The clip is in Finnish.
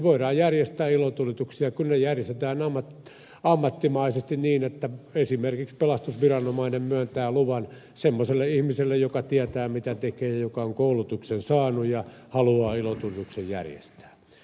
voidaan järjestää ilotulituksia kun ne järjestetään ammattimaisesti niin että esimerkiksi pelastusviranomainen myöntää luvan semmoiselle ihmiselle joka tietää mitä tekee ja joka on koulutuksen saanut ja haluaa ilotulituksen järjestää